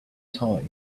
toy